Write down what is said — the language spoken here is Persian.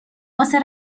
واسه